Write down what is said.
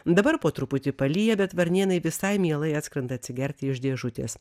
dabar po truputį palyja bet varnėnai visai mielai atskrenda atsigerti iš dėžutės